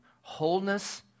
wholeness